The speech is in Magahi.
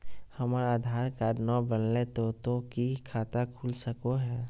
हमर आधार कार्ड न बनलै तो तो की खाता खुल सको है?